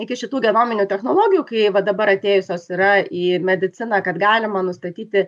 iki šitų genominių technologijų kai va dabar atėjusios yra į mediciną kad galima nustatyti